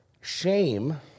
Shame